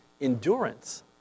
endurance